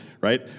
right